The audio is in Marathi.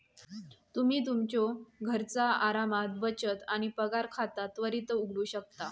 तुम्ही तुमच्यो घरचा आरामात बचत आणि पगार खाता त्वरित उघडू शकता